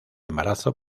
embarazo